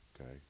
Okay